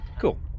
Cool